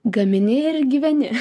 gamini ir gyveni